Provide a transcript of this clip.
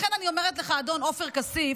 לכן אני אומרת לך, אדון עופר כסיף,